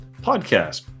podcast